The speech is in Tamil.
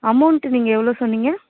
அமௌண்டு நீங்கள் எவ்வளோ சொன்னிங்க